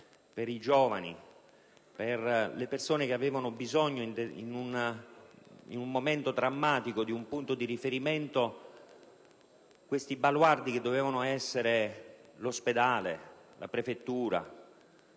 per i giovani, per le persone che avevano bisogno in un momento drammatico di un punto di riferimento, quei baluardi che dovevano essere l'ospedale, la prefettura,